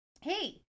hey